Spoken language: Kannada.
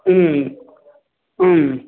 ಹ್ಞೂ ಹ್ಞೂ